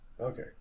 Okay